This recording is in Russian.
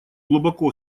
глубоко